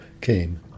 came